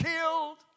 killed